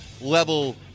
level